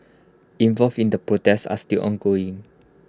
involved in the protest are still ongoing